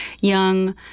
young